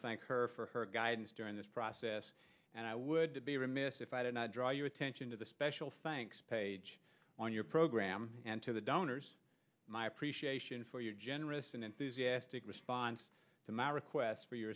to thank her for her guidance during this process and i would be remiss if i did not draw your attention to the special thanks page on your program and to the donors my appreciation for your generous and enthusiastic response to my request for your